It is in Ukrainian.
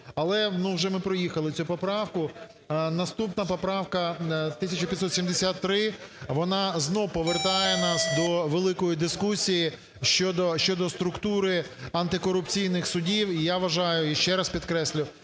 Але вже ми проїхали цю поправку. Наступна поправка 1573, вона знову повертає нас до великої дискусії щодо структури антикорупційних суддів. І я вважаю і ще раз підкреслюю,